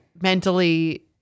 mentally